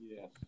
Yes